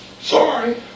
Sorry